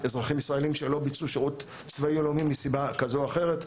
אזרחים ישראלים שלא ביצעו שירות צבאי או לאומי מסיבה כזו או אחרת,